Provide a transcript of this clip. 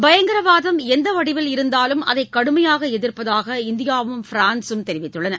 பயங்கரவாதம் எந்த வடிவில் இருந்தாலும் அதை கடுமையாக எதிர்ப்பதாக இந்தியாவும் பிரான்ஸும் தெரிவித்துள்ளன